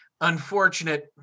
unfortunate